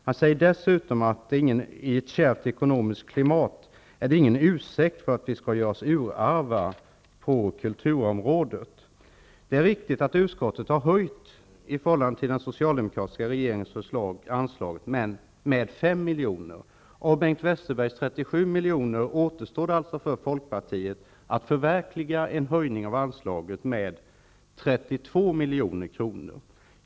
Han säger dessutom att i ett kärvt ekonomiskt klimat är det ingen ursäkt för att vi skall göra oss urarva på kulturområdet. Det är riktigt att utskottet har höjt anslaget i förhållande till den socialdemokratiska regeringens förslag, men det är en höjning med 5 miljoner; av Bengt Westerbergs 37 miljoner återstår det alltså för Folkpartiet att förverkliga en höjning av anslaget med 32 milj.kr.